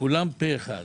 כולם פה אחד,